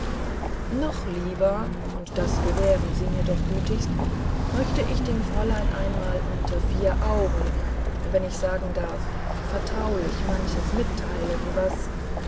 noch lieber und das gewähren sie mir doch gütigst möchte ich dem fräulein einmal unter vier augen wenn ich sagen darf vertraulich manches mitteilen was